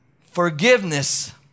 forgiveness